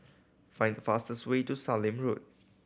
find the fastest way to Sallim Road